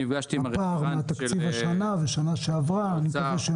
הפער מהתקציב השנה ובשנה שעברה,